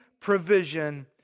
provision